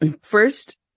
first